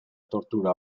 tortura